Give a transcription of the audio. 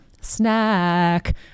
snack